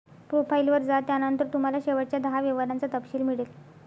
profile वर जा, त्यानंतर तुम्हाला शेवटच्या दहा व्यवहारांचा तपशील मिळेल